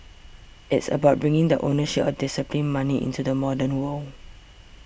it's about bringing the ownership disciplined money into the modern world